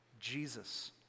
Jesus